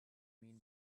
mean